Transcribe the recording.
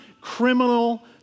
criminal